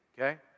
okay